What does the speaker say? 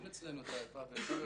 אין אצלנו את האיפה ואיפה,